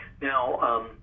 Now